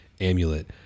amulet